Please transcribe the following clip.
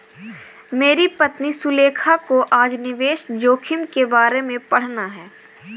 मेरी पत्नी सुलेखा को आज निवेश जोखिम के बारे में पढ़ना है